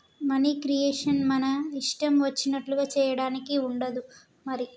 money creation మన ఇష్టం వచ్చినట్లుగా చేయడానికి ఉండదు మరి